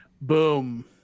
Boom